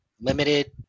limited